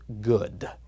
good